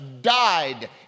died